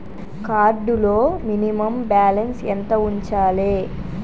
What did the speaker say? Card లో minimum balance ఎంత ఉంచాలే?